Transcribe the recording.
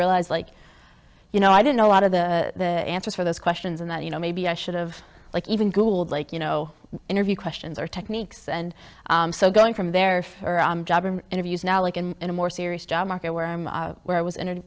realized like you know i didn't know a lot of the answers for those questions or not you know maybe i should have like even googled like you know interview questions or techniques and so going from their job interviews now like in a more serious job market where i'm where i was in an